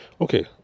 Okay